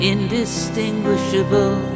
Indistinguishable